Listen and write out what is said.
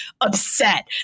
upset